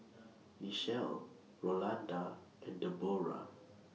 Nichelle Rolanda and Debroah